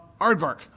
aardvark